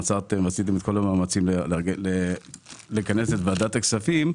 עשיתם את כל המאמצים לכנס את ועדת הכספים.